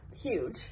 huge